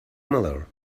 miller